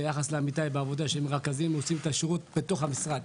ביחס לעמיתיי בעבודה שהם רכזים ועושים את השירות בתוך המשרד,